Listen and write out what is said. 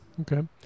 Okay